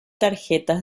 tarjetas